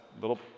little